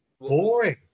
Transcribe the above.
boring